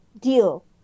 Deal